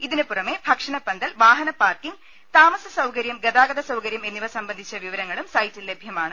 ഇതിനുപുറമെ ഭക്ഷണപന്തൽ വാഹന പാർക്കിംഗ് താമസസൌകര്യം ഗതാഗത സൌകര്യം എന്നിവ സംബന്ധിച്ച വിവരങ്ങളും സൈറ്റിൽ ലഭ്യമാണ്